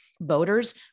voters